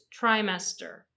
trimester